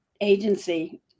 Agency